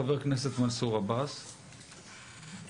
חבר הכנסת מנסור עבאס, בבקשה.